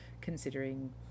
considering